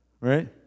right